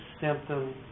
symptom